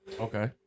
Okay